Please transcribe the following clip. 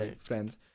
friends